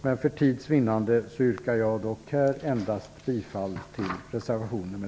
Men för tids vinnande yrkar jag här endast bifall till reservation nr